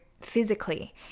physically